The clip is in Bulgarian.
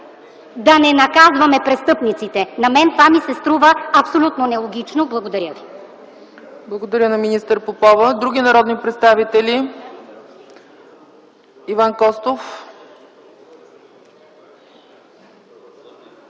да не наказваме престъпниците. На мен това ми се струва абсолютно нелогично. Благодаря ви. ПРЕДСЕДАТЕЛ ЦЕЦКА ЦАЧЕВА: Благодаря на министър Попова. Други народни представители? Иван Костов.